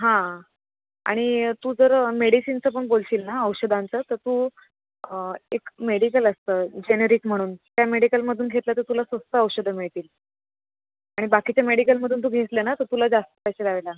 हां आणि तू जर मेडिसीनचं पण बोलशील ना औषधांचं तर तू एक मेडिकल असतं जेनेरिक म्हणून त्या मेडिकलमधून घेतलं तर तुला स्वस्त औषधं मिळतील आणि बाकीचे मेडिकलमधून तू घेतलं ना तर तुला जास्त पैसे द्यावे ला